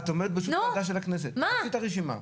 את עומדת בראש הוועדה של הכנסת, תיקחי את הרשימה,